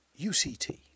UCT